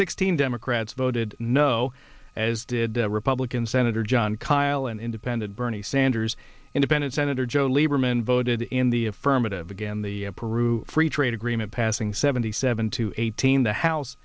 sixteen democrats voted no as did republican senator jon kyl an independent bernie sanders independent senator joe lieberman voted in the affirmative again the peru free trade agreement passing seventy seven to eighteen the house